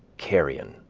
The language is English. carrion.